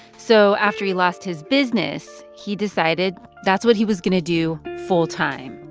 so after he lost his business, he decided that's what he was going to do full time.